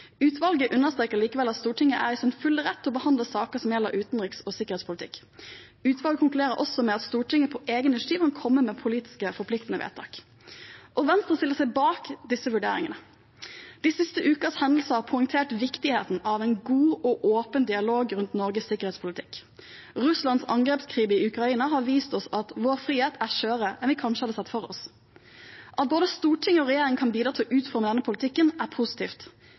Utvalget understreker likevel at Stortinget er i sin fulle rett til å behandle saker som gjelder utenriks- og sikkerhetspolitikk. Utvalget konkluderer også med at Stortinget på eget initiativ kan komme med politisk forpliktende vedtak. Venstre stiller seg bak disse vurderingene. De siste ukers hendelser har poengtert viktigheten av en god og åpen dialog rundt Norges sikkerhetspolitikk. Russlands angrepskrig i Ukraina har vist oss at vår frihet er skjørere enn vi kanskje hadde sett for oss. At både storting og regjering kan bidra til å utforme denne politikken, er positivt.